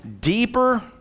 deeper